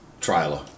trailer